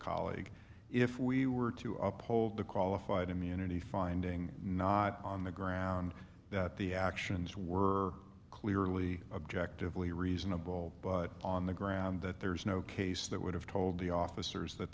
colleague if we were to uphold the qualified immunity finding not on the ground that the actions were clearly objectively reasonable but on the ground that there is no case that would have told the officers that